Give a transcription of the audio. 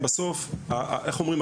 בסוף איך אומרים,